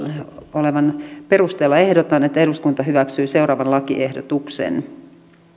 olevan perusteella ehdotan että eduskunta hyväksyy seuraavan lakiehdotuksen